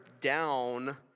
down